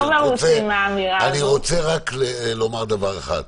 אני רק רוצה לומר דבר אחד,